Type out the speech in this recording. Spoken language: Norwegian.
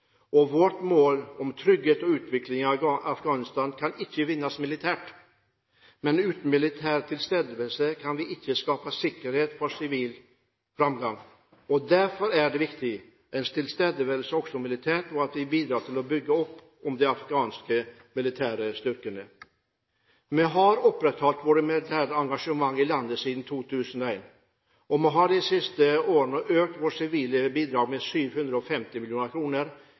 Vårt mål om trygghet og utvikling av Afghanistan kan ikke nås militært, men uten militær tilstedeværelse kan vi ikke skape sikkerhet for sivil framgang. Derfor er det viktig at vi er til stede også militært, og at vi bidrar til å bygge opp om de afghanske militære styrkene. Vi har opprettholdt vårt militære engasjement i landet siden 2001, og vi har de siste årene økt vårt sivile bidrag med 750